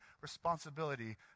responsibility